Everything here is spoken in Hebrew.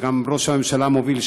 שגם ראש הממשלה מוביל,